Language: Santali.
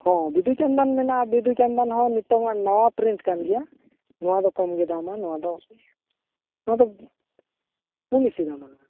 ᱦᱚᱸ ᱵᱤᱫᱩ ᱪᱟᱸᱫᱟᱱ ᱢᱮᱱᱟᱜᱼᱟ ᱵᱤᱫᱩ ᱪᱟᱸᱫᱟᱱ ᱦᱚᱸ ᱱᱤᱛᱚᱜᱟᱜ ᱱᱟᱣᱟ ᱯᱤᱨᱤᱴ ᱠᱟᱱᱜᱮᱭᱟ ᱱᱚᱣᱟ ᱫᱚ ᱠᱚᱢᱜᱮ ᱫᱟᱢᱟ ᱱᱚᱣᱟ ᱫᱚ ᱱᱚᱣᱟ ᱫᱚ ᱯᱩᱱ ᱤᱥᱤ ᱫᱟᱢᱟ